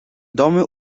domy